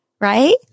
right